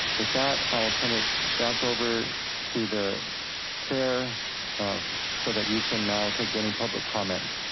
with that, i'll turn it back over to the chair so that you can now take any public comment.